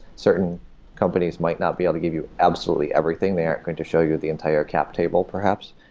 certain companies might not be able to give you absolutely everything. they aren't going to show you the entire cap table, perhaps.